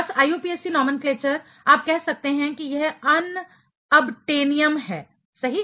बस IUPAC nomenclature आप कह सकते हैं कि यह अनअबटैनियम है सही